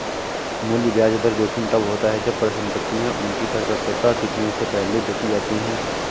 मूल्य ब्याज दर जोखिम तब होता है जब परिसंपतियाँ उनकी परिपक्वता तिथियों से पहले बेची जाती है